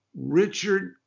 Richard